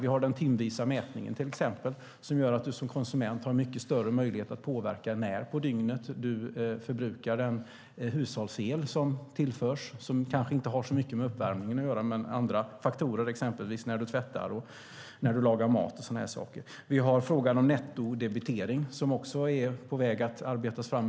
Vi har den timvisa mätningen till exempel, som gör att du som konsument har mycket större möjlighet att påverka när på dygnet du förbrukar den hushållsel som tillförs. Det kanske inte har så mycket med uppvärmning att göra men med andra faktorer som exempelvis när du tvättar, när du lagar mat och sådana saker. Vi har frågan om nettodebitering. Ett förslag håller på att arbetas fram.